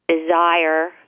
desire